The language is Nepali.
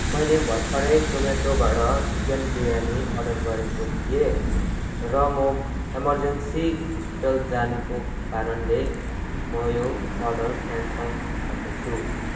मैले भर्खरै जोम्याटोबाट चिकन बिरयानी अर्डर गरेको थिएँ र म एमर्जेन्सी हस्पिटल जानुको कारणले म यो अर्डर क्यान्सल गर्दछु